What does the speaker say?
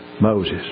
Moses